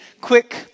quick